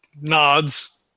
nods